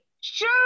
Sure